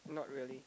not really